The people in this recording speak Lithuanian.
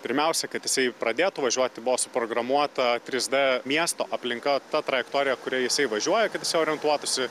pirmiausia kad jisai pradėtų važiuoti buvo suprogramuota trys d miesto aplinka ta trajektorija kuria jisai važiuoja kad jisai orientuotųsi